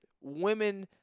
women